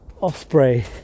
Osprey